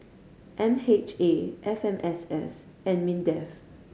M H A F M S S and MINDEF